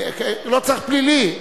לא צריך פלילי.